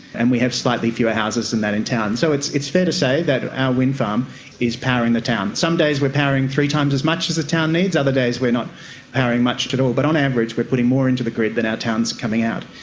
and we have slightly fewer houses than that in town, so it's it's fair to say that our windfarm is powering the town. some days we are powering three times as much as the town needs, other days we are not powering much at all. but on average we are putting more into the grid than our town is coming out.